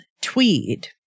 Tweed